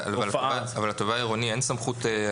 הופעה --- אבל לתובע העירוני אין סמכות.